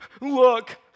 Look